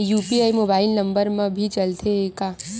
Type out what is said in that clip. UPI mobile number मा भी चलते हे का?